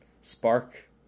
spark